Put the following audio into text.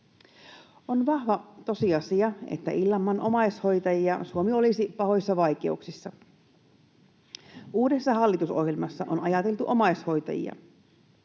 On vahva tosiasia, että ilman omaishoitajia Suomi olisi pahoissa vaikeuksissa. Uudessa hallitusohjelmassa on ajateltu omaishoitajia.